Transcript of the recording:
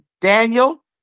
Daniel